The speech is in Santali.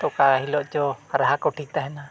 ᱚᱠᱟ ᱦᱤᱞᱳᱜ ᱪᱚ ᱨᱟᱦᱟ ᱠᱚ ᱴᱷᱤᱠ ᱛᱟᱦᱮᱱᱟ